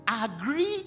agreed